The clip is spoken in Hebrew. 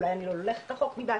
אולי אני הולכת רחוק מדי,